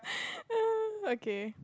okay